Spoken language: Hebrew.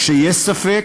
כשיש ספק,